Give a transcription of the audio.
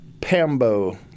Pambo